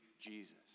Jesus